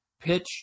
pitch